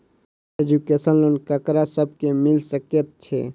Education loan ककरा सब केँ मिल सकैत छै?